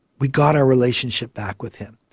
we got our relationship back with him.